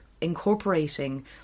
incorporating